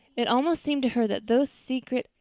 it almost seemed to her that those secret,